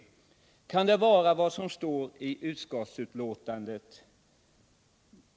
Kan det vara vad som står i utskottsbetänkandet?